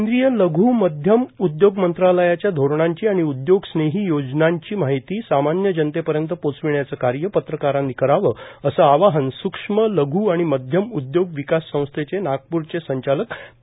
केंद्रीय लघ् मध्यम उदयोग मंत्रालयाच्या धोरणांची आणि उदयोग स्नेही योजांची माहिती सामान्य जनतेपर्यंत पोचविण्याचं कार्य पत्रकारांनी करावं असं आवाहन स्क्ष्म लघ् आणि मध्यम उद्योग विकास संस्थेचे नागपूरचे संचालक पी